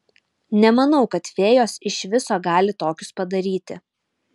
nemanau kad fėjos iš viso gali tokius padaryti